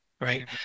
right